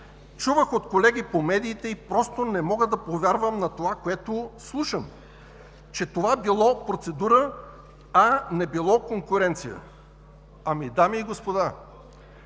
Чувах от колеги по медиите и просто не мога да повярвам на това, което слушам – че това било процедура, а не било конкуренция. Дами и господа,